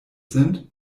sind